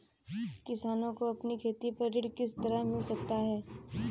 किसानों को अपनी खेती पर ऋण किस तरह मिल सकता है?